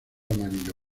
amarillo